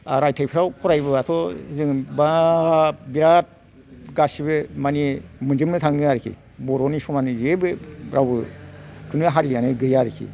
रायथायफ्राव फरायबोबाथ' जों बाब बिराद गासिबो मानि मोनजोबनो थाङो आरोखि बर'नि समानै जेबो रावबो खुनु हारियानो गैया आरोखि